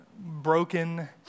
broken